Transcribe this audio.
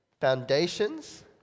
foundations